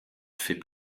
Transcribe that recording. fait